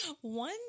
One